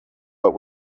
but